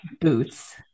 Boots